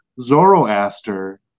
Zoroaster